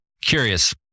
curious